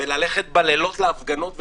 וללכת בלילות להפגנות ולבדוק.